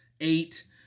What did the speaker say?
eight